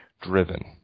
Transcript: driven